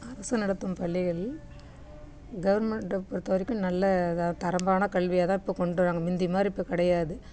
அரசு நடத்தும் பள்ளிகளில் கவர்மெண்ட்டை பொறுத்த வரைக்கும் நல்ல இதாக தான் தரமான கல்வியாக தான் இப்போ கொண்டுவராங்க முந்தி மாதிரி இப்போ கிடையாது